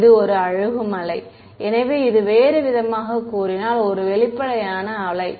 இது ஒரு அழுகும் அலை எனவே இது வேறுவிதமாகக் கூறினால் ஒரு வெளிப்படையான வேவ்